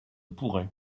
pourrait